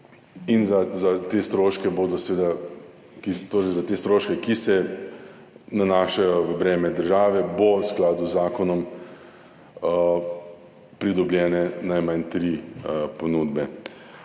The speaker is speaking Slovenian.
Za te stroške, ki so v breme države, bo v skladu z zakonom pridobljene najmanj tri ponudbe.